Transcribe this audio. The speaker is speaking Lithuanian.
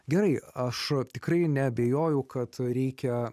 gerai aš tikrai neabejoju kad reikia